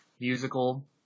musical